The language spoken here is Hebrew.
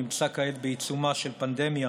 נמצא כעת בעיצומה של פנדמיה